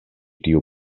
tiu